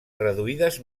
reduïdes